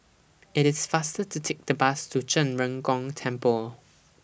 IT IS faster to Take The Bus to Zhen Ren Gong Temple